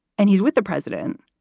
and he's with the president.